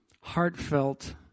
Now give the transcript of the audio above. heartfelt